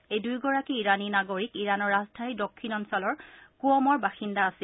এই দুয়োগৰাকী ইৰাণী নাগৰিক ইৰাণৰ ৰাজধানীৰ দক্ষিণ অঞ্চলৰ কুঅমৰ বাসিন্দা আছিল